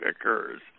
occurs